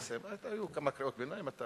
אני מסיים, היו כמה קריאות ביניים.